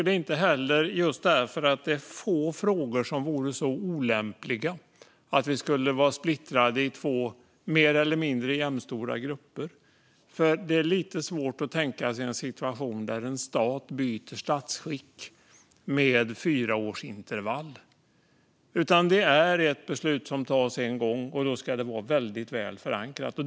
Det andra är att det är få frågor där det vore så olämpligt att vi skulle vara splittrade i två mer eller mindre jämnstora grupper, för det är lite svårt att tänka sig en situation där en stat byter statsskick med fyraårsintervall. Det är ett beslut som fattas en gång, och då ska det vara väldigt väl förankrat.